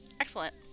Excellent